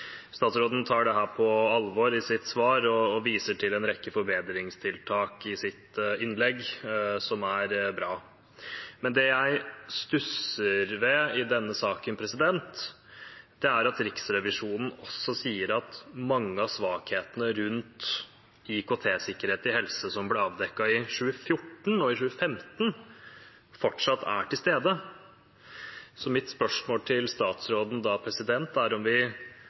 Statsråden sier i sitt svar at han tar dette på alvor, og viser til en rekke forbedringstiltak i sitt innlegg, som er bra. Det jeg stusser ved i denne saken, er at Riksrevisjonen også sier at mange av svakhetene rundt IKT-sikkerhet på helseområdet som ble avdekket i 2014 og 2015, fortsatt er til stede. Mitt spørsmål til statsråden er om vi